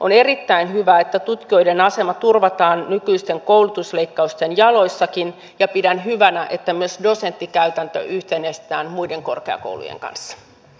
on erittäin hyvä että tutkijoiden asema turvataan nykyisten koulutusleikkausten jaloissakin ja pidän hyvänä että myös dosenttikäytäntö yhtenäistetään muiden korkeakoulujen kanssa